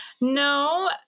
No